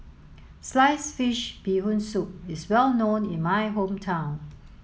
sliced fish bee hoon soup is well known in my hometown